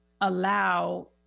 allow